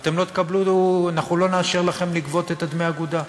לא נאשר לכם לגבות את דמי האגודה,